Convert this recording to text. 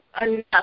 enough